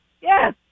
Yes